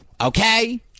Okay